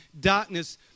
darkness